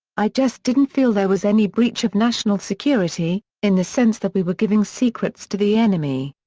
i just didn't feel there was any breach of national security, in the sense that we were giving secrets to the enemy.